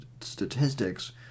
statistics